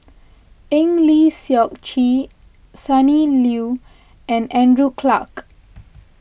Eng Lee Seok Chee Sonny Liew and Andrew Clarke